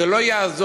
זה לא יעזור,